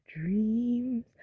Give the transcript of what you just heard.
dreams